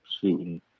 Shooting